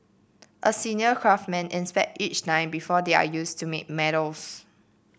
a senior craftsman inspect each die before they are used to make medals